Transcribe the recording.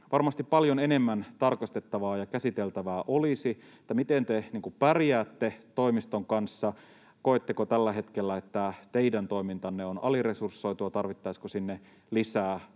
varmasti paljon enemmän tarkastettavaa ja käsiteltävää olisi, niin miten te pärjäätte toimiston kanssa: koetteko tällä hetkellä, että teidän toimintanne on aliresursoitua, tarvittaisiinko sinne lisää rahaa,